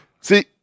See